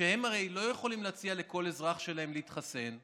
שהם הרי לא יכולים להציע לכל אזרח שלהם להתחסן,